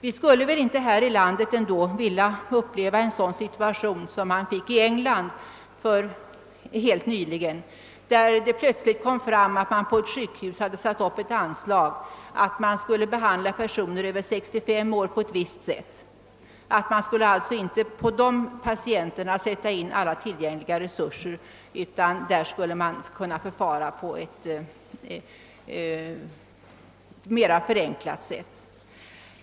Vi skulle väl inte i vårt land vilja uppleva det som hände i England helt nyligen, där man på ett sjukhus hade satt upp ett anslag att patienter över 65 år skulle behandlas på ett enklare sätt och att man alltså inte på dessa patienter skulle sätta in alla tillgängliga resurser.